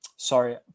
Sorry